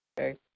okay